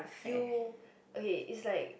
you okay is like